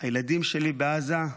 הילדים שלי בעזה,